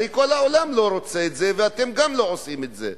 הרי כל העולם לא רוצה בזה וגם אתם לא עושים את זה.